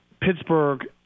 Pittsburgh